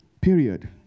Period